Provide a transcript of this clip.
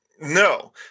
No